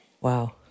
Wow